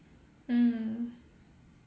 mm